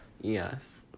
Yes